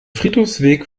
friedhofsweg